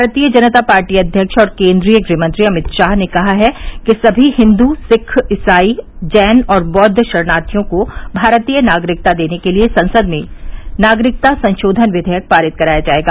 भारतीय जनता पार्टी अध्यक्ष और केन्द्रीय गृह मंत्री अमित शाह ने कहा है कि समी हिंदू सिख ईसाई जैन और बौद्व शरणार्थियों को भारतीय नागरिकता देने के लिए संसद में नागरिकता संशोधन विधेयक पारित कराया जाएगा